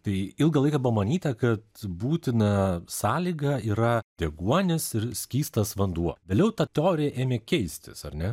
tai ilgą laiką buvo manyta kad būtina sąlyga yra deguonis ir skystas vanduo vėliau ta teorija ėmė keistis ar ne